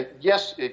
Yes